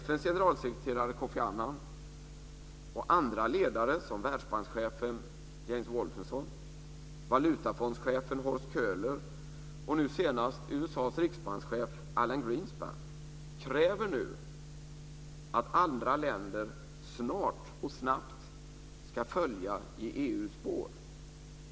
FN:s generalsekreterare Kofi Annan och andra ledare som Världsbankschefen James Wolfensohn, Valutafondschefen Hans Köhler och nu senast USA:s riksbankschef Allan Greenspan kräver nu att andra länder snart och snabbt ska följa i EU:s spår.